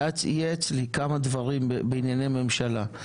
ייעץ לי בכמה דברים בענייני ממשלה.